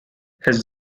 his